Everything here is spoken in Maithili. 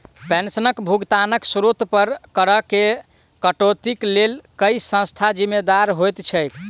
पेंशनक भुगतानक स्त्रोत पर करऽ केँ कटौतीक लेल केँ संस्था जिम्मेदार होइत छैक?